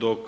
Dok